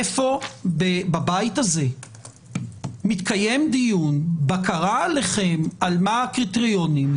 איפה בבית הזה מתקיים דיון בקרה עליכם על מה הקריטריונים?